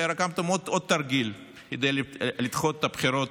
ורקמתם עוד תרגיל כדי לדחות את הבחירות